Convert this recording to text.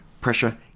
pressure